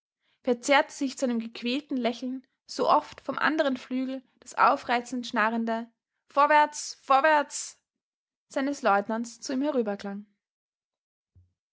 verzerrte sich zu einem gequälten lächeln so oft vom anderen flügel das aufreizend schnarrende vorwärts vorwärts seines leutnants zu ihm